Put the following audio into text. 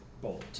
bolt